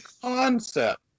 concept